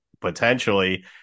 potentially